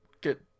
get